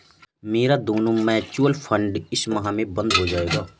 मेरा दोनों mutual fund इस माह में बंद हो जायेगा